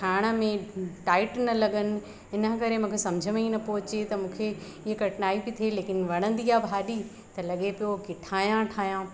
खाइण में अ टाइट न लॻनि इन्ह करे मूंखे सम्झि में ई न पोइ अचे त मूंखे हीअ कठिनाई बि थिए लेकिन वणंदी आहे भाॼी त लगे पियो की ठाहियां ठाहियां